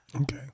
Okay